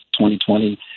2020